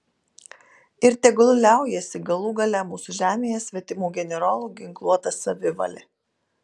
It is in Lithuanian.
ir tegul liaujasi galų gale mūsų žemėje svetimų generolų ginkluota savivalė